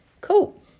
Cool